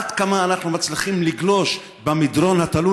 עד כמה אנחנו מצליחים לגלוש במדרון התלול